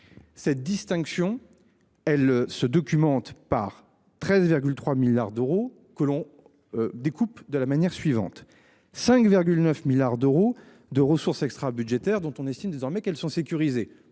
Cette distinction, elle se documente par 13,3 milliards d'euros que l'on. Découpe de la manière suivante, 5,9 milliards d'euros de ressources extra-budgétaires dont on estime désormais qu'elles sont sécurisées.